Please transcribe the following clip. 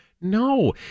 No